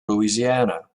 louisiana